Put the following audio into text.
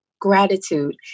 gratitude